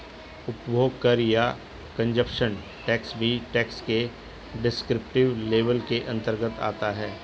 उपभोग कर या कंजप्शन टैक्स भी टैक्स के डिस्क्रिप्टिव लेबल के अंतर्गत आता है